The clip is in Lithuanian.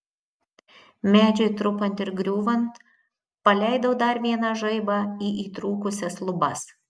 medžiui trupant ir griūvant paleidau dar vieną žaibą į įtrūkusias lubas